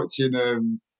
watching